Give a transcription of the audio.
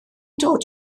dod